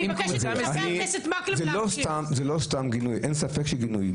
אין ספק שיש גינוי.